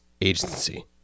agency